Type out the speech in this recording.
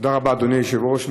תודה רבה, אדוני היושב-ראש.